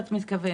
את מתכוונת.